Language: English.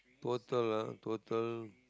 total ah total